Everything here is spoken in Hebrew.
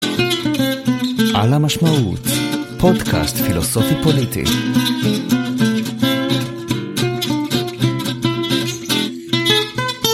על המשמעות פודקאסט פילוסופי פוליטי.